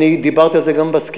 אני דיברתי על זה גם בסקירה.